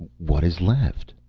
what is left?